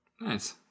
Nice